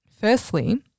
Firstly